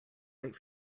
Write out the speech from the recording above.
wait